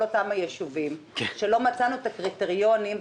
אותם ישובים שלא מצאנו את הקריטריונים,